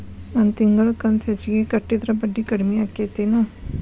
ನನ್ ತಿಂಗಳ ಕಂತ ಹೆಚ್ಚಿಗೆ ಕಟ್ಟಿದ್ರ ಬಡ್ಡಿ ಕಡಿಮಿ ಆಕ್ಕೆತೇನು?